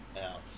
out